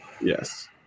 Yes